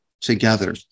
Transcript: together